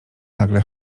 nagle